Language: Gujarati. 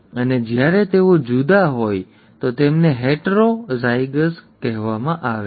અને જ્યારે તેઓ જુદા હોય તો તેમને હેટરો અલગ ઝાયગસ ઠીક છે કહેવામાં આવે છે